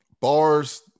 Bars